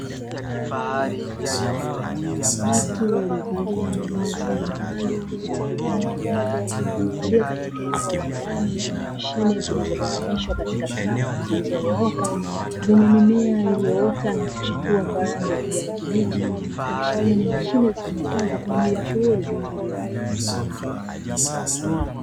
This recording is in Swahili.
Watu waliovalia mavazi maalumu yenye rangi nyeupe, walio katika eneo la ndani lenye mashine zilizogawanyishwa kwenye safu zilizonyooka, zenye mimea iliyoota na kuchepua kwa rangi ya kijani kibichi, kuashiria ni mashine zitumikazo kwa ajili ya shughuli za kilimo.